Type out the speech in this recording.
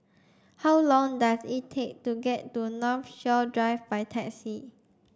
how long does it take to get to Northshore Drive by taxi